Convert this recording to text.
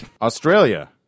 Australia